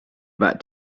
about